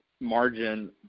margin